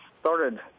started